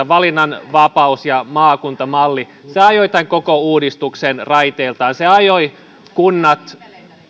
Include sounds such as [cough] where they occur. [unintelligible] valinnanvapaus ja maakuntamalli lähdettiin koplaamaan toisiinsa se ajoi tämän koko uudistuksen raiteiltaan se ajoi